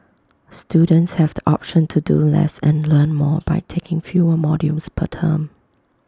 students have the option to do less and learn more by taking fewer modules per term